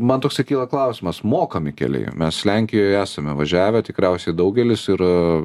man toksai kyla klausimas mokami keliai mes lenkijoje esame važiavę tikriausiai daugelis ir